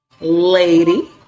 Lady